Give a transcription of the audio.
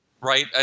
right